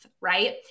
right